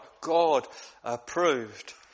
God-approved